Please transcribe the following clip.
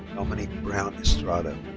dominique brown estrada.